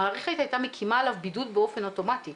המערכת הייתה מקימה עליו בידוד באופן אוטומטי.